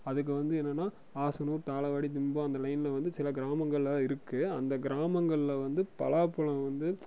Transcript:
அதுக்கு வந்து என்னென்னா ஆசனூர் தாளவாடி திம்பம் அந்த லைனில் வந்து சில கிராமங்கள்லாம் இருக்கு அந்த கிராமங்களில் வந்து பலாப்பழம் வந்து